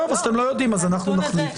טוב, אז אתם לא יודעים אז אנחנו נחליט.